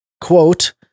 Quote